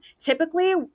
typically